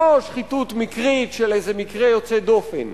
לא שחיתות מקרית של איזה מקרה יוצא דופן,